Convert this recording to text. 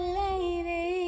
lady